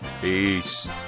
Peace